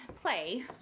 play